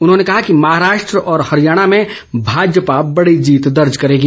उन्होंने कहा कि महाराष्ट्र और हरियाणा में भाजपा बड़ी जीत देर्ज करेगी